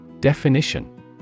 Definition